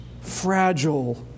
fragile